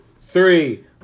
three